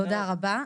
תודה רבה.